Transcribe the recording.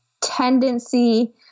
tendency